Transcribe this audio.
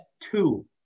two